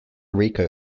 rico